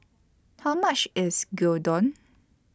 How much IS Gyudon